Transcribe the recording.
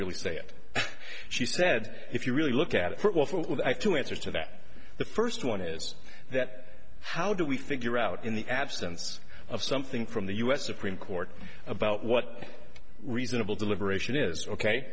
really say it she said if you really look at it i have to answer to that the first one is that how do we figure out in the absence of something from the u s supreme court about what reasonable deliberation is ok